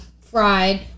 fried